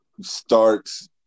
starts